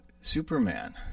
Superman